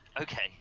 Okay